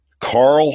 Carl